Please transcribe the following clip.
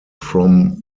from